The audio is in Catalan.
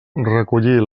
recollir